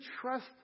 trust